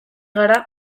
gara